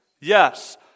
Yes